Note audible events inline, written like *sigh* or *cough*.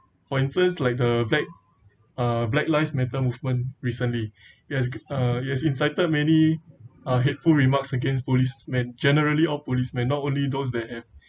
for instance like the black uh black lives matter movement recently *breath* it has err it has incited many uh hateful remarks against policemen generally all policemen not only those that have